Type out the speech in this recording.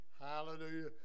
Hallelujah